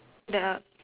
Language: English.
the